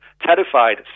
terrified